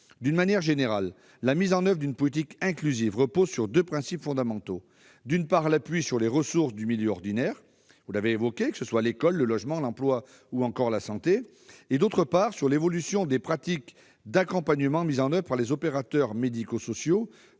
D'une manière générale, la mise en oeuvre d'une politique inclusive repose sur deux principes fondamentaux : d'une part, l'appui sur les ressources du milieu ordinaire, que ce soit l'école, le logement, l'emploi ou encore la santé ; d'autre part, l'appui sur l'évolution des pratiques d'accompagnement mises en oeuvre par les opérateurs médico-sociaux,